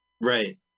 right